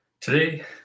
Today